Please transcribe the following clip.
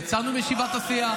יצאנו מישיבת הסיעה,